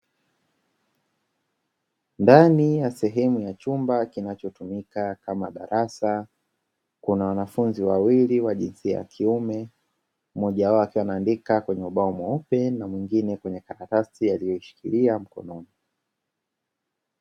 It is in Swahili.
Ndani ya sehemu ya chumba kinachotumika kama darasa, kuna wanafunzi wawili wa jinsia ya kiume, mmoja wao akiwa anaandika kwenye ubao mweupe na mwengine kwenye karatasi aliyoishikilia mkononi.